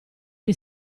gli